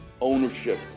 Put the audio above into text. ownership